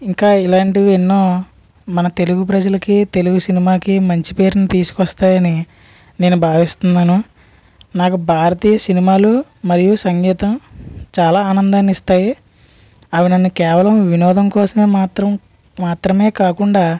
ఇంకా ఇలాంటివి ఎన్నో మన తెలుగు ప్రజలకి తెలుగు సినిమాకి మంచి పేరుని తీసుకొస్తాయని నేను భావిస్తున్నాను నాకు భారతీయ సినిమాలు మరియు సంగీతం చాలా ఆనందాన్నిస్తాయి అవి నన్ను కేవలం వినోదం కోసమే మాత్రం మాత్రమే కాకుండా